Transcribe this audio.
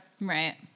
Right